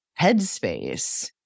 headspace